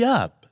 up